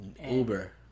Uber